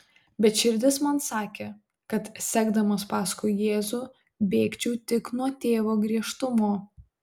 bet širdis man sakė kad sekdamas paskui jėzų bėgčiau tik nuo tėvo griežtumo